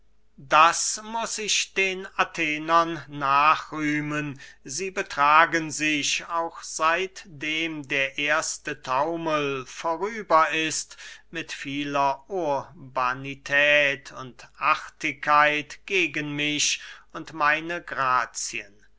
das muß ich den athenern nachrühmen sie betragen sich auch seitdem der erste taumel vorüber ist mit vieler urbanität und artigkeit gegen mich und meine grazien